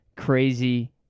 crazy